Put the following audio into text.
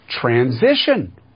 Transition